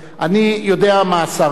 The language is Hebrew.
אני יודע מה השר יאמר,